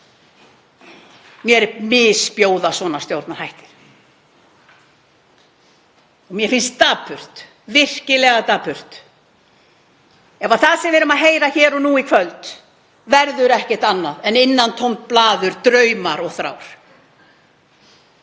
Mér misbjóða svona stjórnarhættir. Mér finnst virkilega dapurt ef það sem við heyrum hér og nú í kvöld verður ekkert annað en innantómt blaður, draumar og þrár.